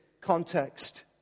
context